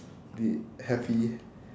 did happy